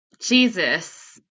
Jesus